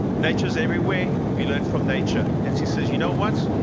nature's everywhere, we learn from nature. and she says, you know what?